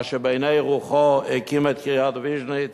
אשר בעיני רוחו הקים את קריית-ויז'ניץ',